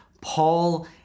Paul